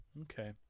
okay